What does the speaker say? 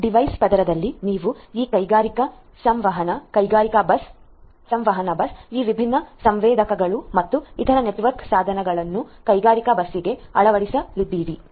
device ಪದರದಲ್ಲಿ ನೀವು ಈ ಕೈಗಾರಿಕಾ ಸಂವಹನ ಕೈಗಾರಿಕಾ ಬಸ್ ಸಂವಹನ ಬಸ್ ಈ ವಿಭಿನ್ನ ಸೆನ್ಸರ್ಗಳು ಮತ್ತು ಇತರ ನೆಟ್ವರ್ಕ್ ಸಾಧನಗಳನ್ನು ಕೈಗಾರಿಕಾ ಬಸ್ಗೆ ಅಳವಡಿಸಲಿದ್ದೀರಿ